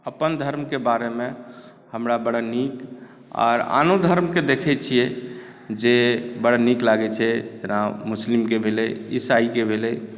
अपन धर्मके बारेमे हमरा बड़ा नीक आर आनो धर्मकेँ देखै छियै जे बड़ नीक लागै छै जेना मुस्लिमके भेलै ईसाईके भेलै